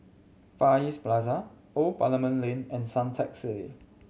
Far East Plaza Old Parliament Lane and Suntec City